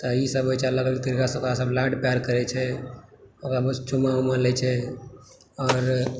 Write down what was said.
ईसभ होइत छै अलग अलग तरीकासँ ओकरा सबभ लाड प्यार करैत छै ओकरा चुम्मा उम्मा लैत छै आओर